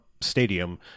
stadium